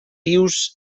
rius